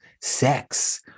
sex